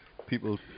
People